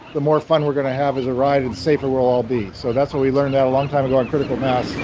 the more fun we're going to have as a ride and the safer we'll all be. so that's where we learned that a long time ago on critical mass.